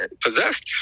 possessed